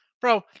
Bro